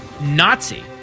Nazi